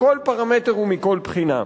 בכל פרמטר ומכל בחינה.